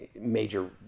major